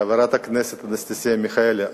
השאלה לאן חברת הכנסת אנסטסיה מיכאלי,